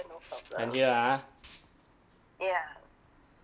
can hear ah